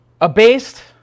abased